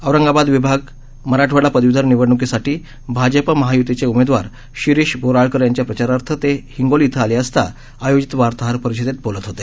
औरंगाबाद विभाग मराठवाडा पदवीधर निवडणुकीसाठी भाजप महायुतीचे उमेदवार शिरीष बोराळकर यांच्या प्रचारार्थ ते हिंगोली इथं आले असता आयोजित वार्ताहर परिषदेत बोलत होते